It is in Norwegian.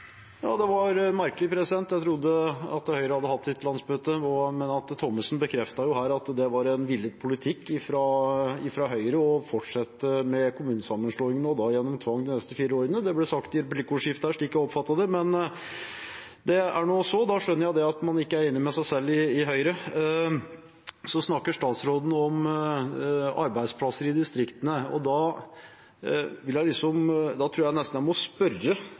Det var merkelig. Jeg trodde at Høyre hadde hatt sitt landsmøte, men Olemic Thommessen bekreftet jo her at det var en villet politikk fra Høyre å fortsette med kommunesammenslåingene, og da gjennom tvang, de neste fire årene. Det ble sagt i et replikkordskifte her, slik jeg oppfattet det, men det er nå så. Da skjønner jeg at man ikke er enig med seg selv i Høyre. Statsråden snakker om arbeidsplasser i distriktene. Da tror jeg nesten jeg må spørre